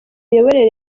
miyoborere